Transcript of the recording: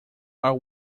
are